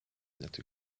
not